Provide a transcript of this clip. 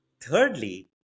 thirdly